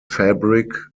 fabric